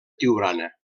tiurana